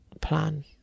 plan